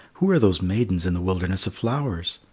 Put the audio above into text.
who are those maidens in the wilderness of flowers?